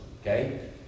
okay